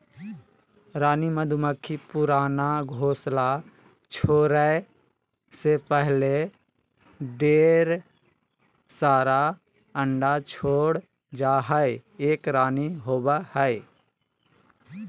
रानी मधुमक्खी पुराना घोंसला छोरै से पहले ढेर सारा अंडा छोड़ जा हई, एक रानी होवअ हई